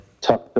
tough